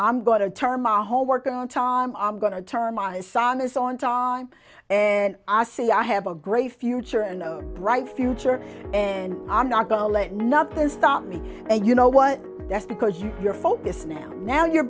i'm going to term my homework on time i'm going to turn my sonas on time and i see i have a great future and bright future and i'm not going to let nothing stop me and you know what that's because you're your focus now now you're